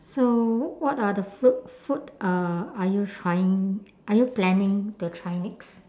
so what are the food food uh are you trying are you planning to try next